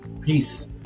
peace